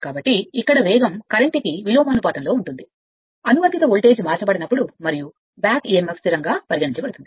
కాబట్టి ఇక్కడ వేగం కరెంట్ కి విలోమానుపాతంలో ఉంటుంది అనువర్తిత వోల్టేజ్ మార్చబడనప్పుడు మరియు బ్యాక్ emf స్థిరంగా పరిగణించబడుతుంది